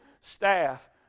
staff